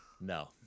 No